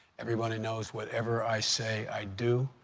everybody knows whatever i say, i do.